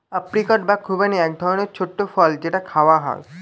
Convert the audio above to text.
apricot বা খুবানি এক রকমের ছোট্ট ফল যেটা খাওয়া হয়